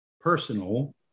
personal